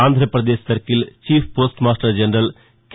Andhra Pradesh circle chief post master general K